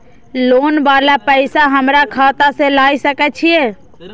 Loan वाला पैसा हमरा खाता से लाय सके छीये?